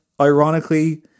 ironically